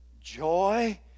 joy